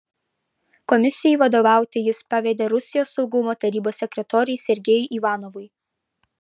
komisijai vadovauti jis pavedė rusijos saugumo tarybos sekretoriui sergejui ivanovui